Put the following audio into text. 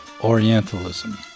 Orientalism